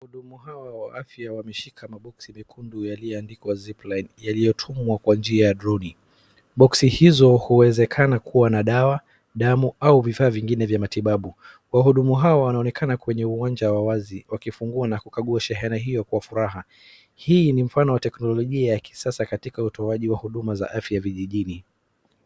Boxi huwa damu . Hii ni mfano wa teknolojiaya kisasa katika utoaji wahuduma kijijini.